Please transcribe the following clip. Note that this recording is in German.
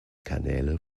kanäle